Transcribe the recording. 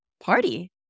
party